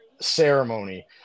ceremony